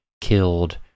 killed